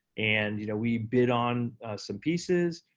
and, you know, we bid on some pieces.